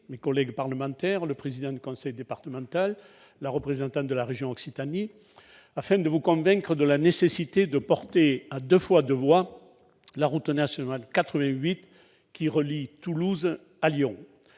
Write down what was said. lesquels des parlementaires, le président du conseil départemental et la représentante de la région Occitanie, afin de vous convaincre de la nécessité de porter à deux fois deux voies la RN 88 reliant Toulouse à Lyon.